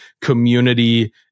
community